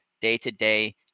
day-to-day